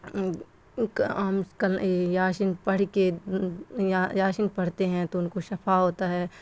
عم یٰس پڑھ کے یٰس پڑھتے ہیں تو ان کو شفا ہوتا ہے